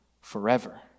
forever